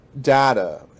data